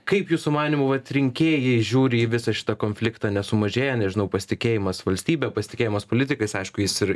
kaip jūsų manymu vat rinkėjai žiūri į visą šitą konfliktą nesumažėja nežinau pasitikėjimas valstybe pasitikėjimas politikais aišku jis ir